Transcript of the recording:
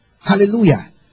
Hallelujah